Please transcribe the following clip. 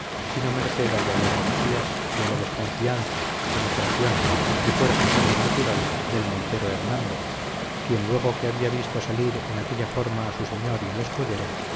sino merced al valor de macías y a la desconfianza penetración y fuerza sobrenatural del montero hernando quien luego que había visto salir en aquella forma a su señor y al escudero